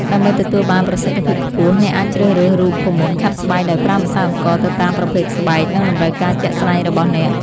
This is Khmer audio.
ដើម្បីទទួលបានប្រសិទ្ធភាពខ្ពស់ អ្នកអាចជ្រើសរើសរូបមន្តខាត់ស្បែកដោយប្រើម្សៅអង្ករទៅតាមប្រភេទស្បែក និងតម្រូវការជាក់ស្តែងរបស់អ្នក។